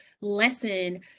lesson